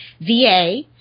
VA